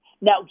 Now